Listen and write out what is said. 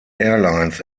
airlines